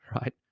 right